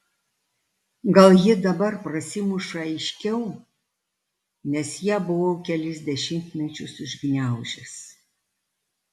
gal ji dabar prasimuša aiškiau nes ją buvau kelis dešimtmečius užgniaužęs